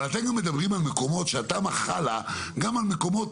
אבל אתם מדברים על כך שהתמ"א חלה גם על מקומות